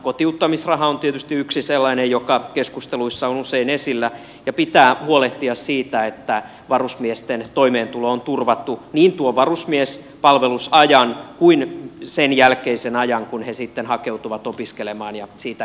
kotiuttamisraha on tietysti yksi sellainen joka keskusteluissa on usein esillä ja pitää huolehtia siitä että varusmiesten toimeentulo on turvattu niin tuon varusmiespalvelusajan kuin sen jälkeisen ajan kun he sitten hakeutuvat opiskelemaan ja siitä